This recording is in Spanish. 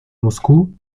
moscú